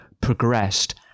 progressed